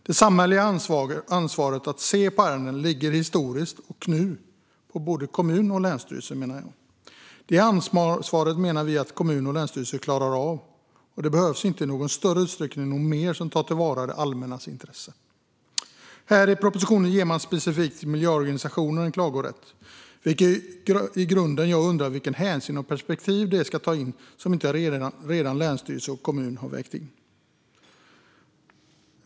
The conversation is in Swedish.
Det samhälleliga ansvaret att se på ärendena ligger historiskt och nu på både kommun och länsstyrelse. Det ansvaret menar vi att kommun och länsstyrelse klarar av. Det behövs inte någon mer som tar till vara det allmännas intresse. I propositionen föreslår man specifikt att miljöorganisationer ska ges klagorätt, vilket gör att jag i grunden undrar vilka hänsyn och perspektiv de ska ta in som länsstyrelse och kommun inte redan har vägt in.